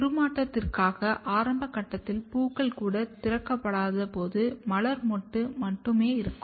உருமாற்றத்திற்காக ஆரம்ப கட்டத்தில் பூக்கள் கூட திறக்கப்படாதபோது மலர் மொட்டு மட்டும் இருக்கும்